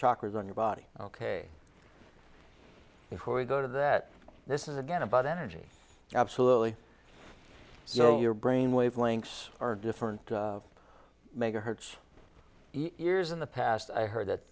shockers on your body ok before we go to that this is again about energy absolutely so your brain wavelengths are different megahertz years in the past i heard that